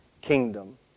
kingdom